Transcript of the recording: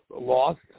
lost